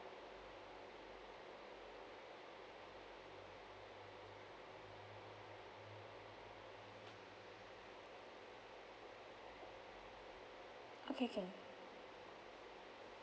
okay can